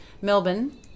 Melbourne